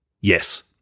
yes